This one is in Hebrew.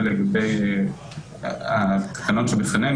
לגבי התקנון שבפנינו,